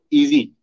easy।